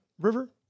River